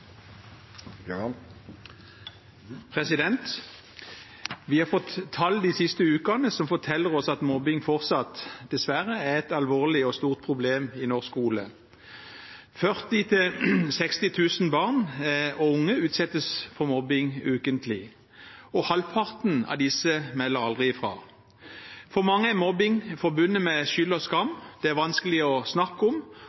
Vi har fått tall de siste ukene som forteller oss at mobbing dessverre fortsatt er et alvorlig og stort problem i norsk skole. 40 000–60 000 barn og unge utsettes for mobbing ukentlig, og halvparten av disse melder aldri fra. For mange er mobbing forbundet med skyld og skam. Det er vanskelig å snakke om,